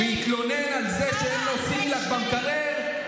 והתלונן שאין לו סימילאק במקרר,